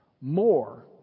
more